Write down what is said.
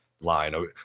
line